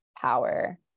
power